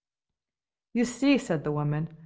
you see, said the woman,